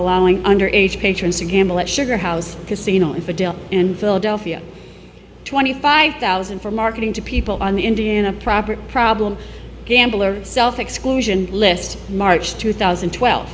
allowing under age patrons to gamble at sugar house casino if a deal in philadelphia twenty five thousand for marketing to people on the indiana property problem gamblers exclusion list march two thousand and twelve